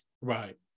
Right